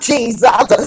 Jesus